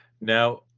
Now